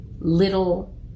little